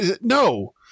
no